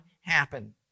happen